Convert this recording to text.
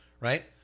right